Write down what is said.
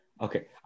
Okay